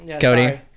cody